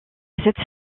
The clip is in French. cette